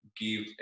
give